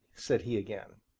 said he again.